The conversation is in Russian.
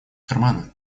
кармана